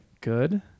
good